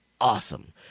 awesome